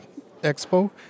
Expo